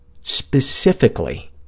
specifically